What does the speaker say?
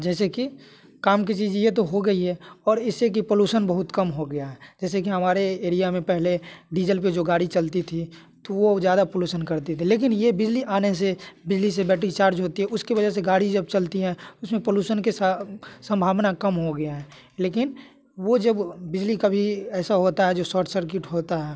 जैसे कि काम की चीज ये तो हो गई है और इससे की पॉल्यूशन बहुत कम हो गया है जैसे कि हमारे एरिया में पहले डीजल पे जो गाड़ी चलती थी तो वो ज्यादा पॉल्यूशन करती थी लेकिन ये बिजली आने से बिजली से बैटरी चार्ज होती है उसकी वजह से गाड़ी जब चलती है उसमें पॉल्यूशन के संभावना कम हो गया है लेकिन वो जब बिजली कभी ऐसा होता है जो शॉर्ट सर्किट होता है